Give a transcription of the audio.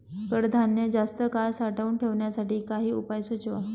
कडधान्य जास्त काळ साठवून ठेवण्यासाठी काही उपाय सुचवा?